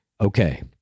Okay